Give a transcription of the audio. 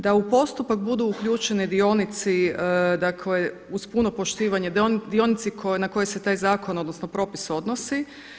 Da u postupak budu uključeni dionici, dakle uz puno poštivanje, dionici na koje se taj zakon odnosno propis odnosi.